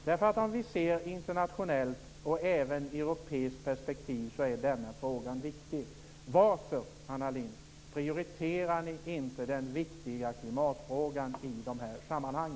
Denna fråga är viktig i ett internationellt och i ett europeiskt perspektiv. Varför, Anna Lindh, prioriterar ni inte den viktiga klimatfrågan i dessa sammanhang?